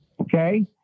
Okay